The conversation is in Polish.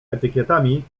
etykietami